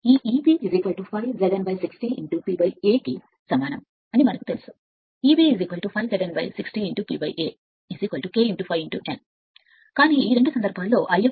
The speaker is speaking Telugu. ఈ Eb సమానమని మనకు తెలుసు ∅ Z N 60 P a K ∅ n కానీ రెండు సందర్భాల్లోనూ స్థిరంగా ఉంటే